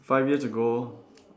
five years ago